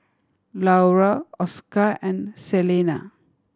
Larue Oscar and Celena